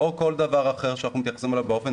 או כל דבר אחר שאנחנו מתייחסים אליו באופן